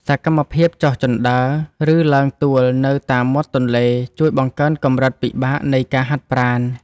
សកម្មភាពចុះជណ្ដើរ ឬឡើងទួលនៅតាមមាត់ទន្លេ ជួយបង្កើនកម្រិតពិបាកនៃការហាត់ប្រាណ។